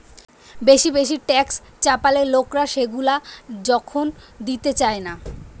বেশি বেশি ট্যাক্স চাপালে লোকরা সেগুলা যখন দিতে চায়না